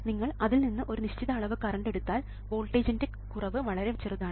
നിങ്ങൾ അതിൽ നിന്ന് ഒരു നിശ്ചിത അളവ് കറണ്ട് എടുത്താൽ വോൾട്ടേജിൻറെ കുറവ് വളരെ ചെറുതാണ്